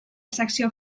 secció